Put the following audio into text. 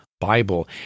Bible